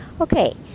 Okay